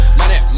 money